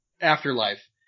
afterlife